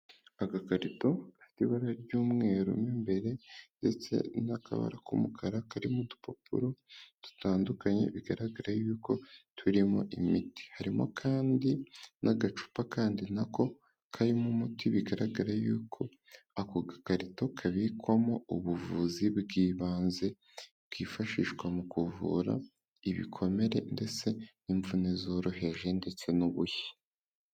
Agakarito, kari mu ibara ry'umweru mu imbere ndetse n'akabararo k'umukara, karirimo udupapuro dutandukanye, bigaragara yuko turimo imiti, harimo kandi n'agacupa kandi nako karimo umuti bigaragara yuko, ako gakarito kabikwamo ubuvuzi bw'ibanze, kifashishwa mu kuvura, ibikomere, ndetse n'imvune zoroheje ndetse n'ubushye.